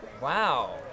Wow